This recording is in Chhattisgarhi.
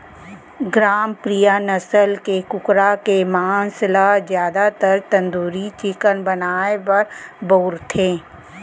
ग्रामप्रिया नसल के कुकरा के मांस ल जादातर तंदूरी चिकन बनाए बर बउरथे